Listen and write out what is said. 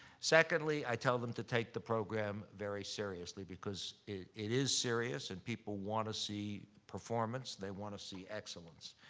secondly, i tell them to take the program very seriously because it is serious and people wanna see performance, they wanna see excellence.